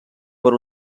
per